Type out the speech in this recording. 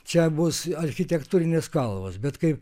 čia bus architektūrinės kalvos bet kai